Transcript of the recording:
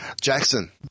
jackson